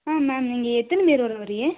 ஆ ma'am நீங்கள் எத்தனை பேர் கூட வர்றீய